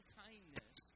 kindness